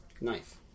knife